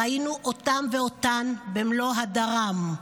ראינו אותם ואותן במלוא הדרם,